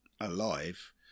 alive